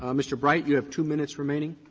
um mr. bright, you have two minutes remaining.